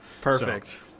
Perfect